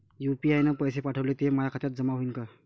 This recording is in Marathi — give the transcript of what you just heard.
यू.पी.आय न पैसे पाठवले, ते माया खात्यात जमा होईन का?